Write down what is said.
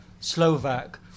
Slovak